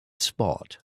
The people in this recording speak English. spot